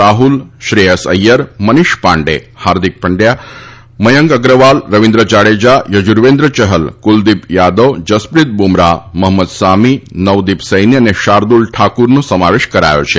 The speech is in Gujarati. રાહુલ શ્રેયસ અય્યર મનીષ પાંડે હાર્દિક પંડ્યા મયંક અગ્રવાલ રવિન્દ જાડેજા યજુવેન્ યહલ કુલદીપ યાદવ જસપ્રીત બુમરાહ મહંમદ સામી નવદીપ સૈની અને શાર્દૂલ ઠાકુરનો સમાવેશ કરાયો છે